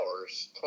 hours